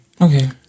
Okay